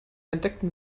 entdeckten